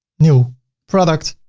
new product,